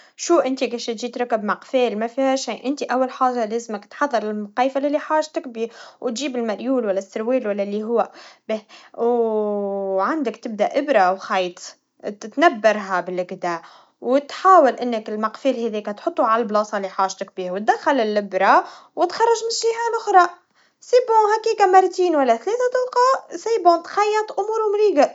شو انت كيشي تجي تركب مقبل, ما فيها شي, أول حاجا لازمك تحضر المقيفا اللي لحاجتك بيه, وتجيب المديول ولا السروال ولا اللي هوا به-, أو عندك تبدأ إبرا وخيط, تنبرها باللي كدا, وتحاول إنك المقفل هذاكا تحطوا عالمكان اللي حاجتك بيها, وتدخل الإبرا, وتخرج من الجيها الآخرى, هذا جيد, هكاكا مرتين ولا تلاتا كي تلقا كدا جيد تخيط بشكل جيد.